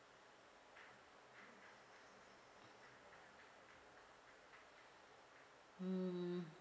mm